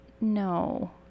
No